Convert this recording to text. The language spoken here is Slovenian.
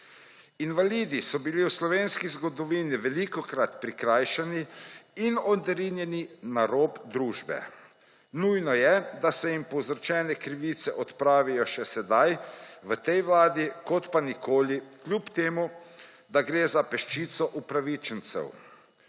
Invalidi so bili v slovenski zgodovini velikokrat prikrajšani in odrinjeni na rob družbe. Nujno je, da se jim povzročene krivice odpravijo še sedaj, v tej vladi, kljub temu da gre za peščico upravičencev.